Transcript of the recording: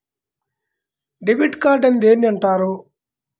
Debit card అని దేనిని అంటారు?